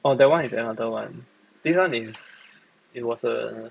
orh that one is another one this one is it was uh